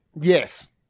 Yes